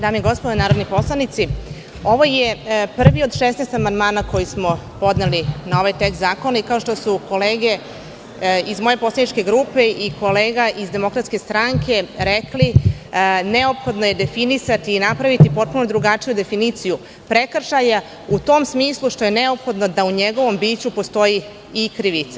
Dame i gospodo narodni poslanici, ovo je prvi od 16 amandmana koji smo podneli na ovaj tekst zakona, i kao što su kolege iz moje poslaničke grupe, i kolega iz DS rekli, neophodno je definisati i napraviti potpuno drugačiju definiciju prekršaja, u tom smislu što je neophodno da u njegovom biću postoji i krivica.